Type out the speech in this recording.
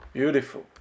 beautiful